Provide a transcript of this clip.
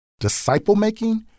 Disciple-making